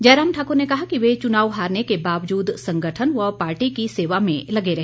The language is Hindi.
जयराम ठाकुर ने कहा कि वे चुनाव हारने के बावजूद संगठन व पार्टी की सेवा में लग रहे